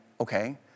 okay